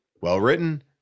well-written